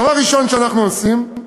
דבר ראשון שאנחנו עושים,